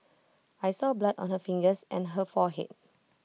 I saw blood on her fingers and her forehead